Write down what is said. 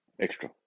extra